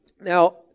Now